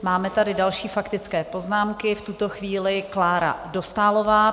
Máme tady další faktické poznámky, v tuto chvíli Klára Dostálová.